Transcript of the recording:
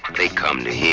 they come to him.